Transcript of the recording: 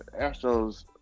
Astros